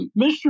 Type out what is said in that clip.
Mr